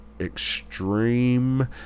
extreme